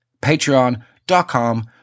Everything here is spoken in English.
Patreon.com